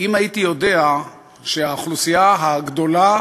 אם הייתי יודע שהאוכלוסייה הגדולה